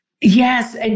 Yes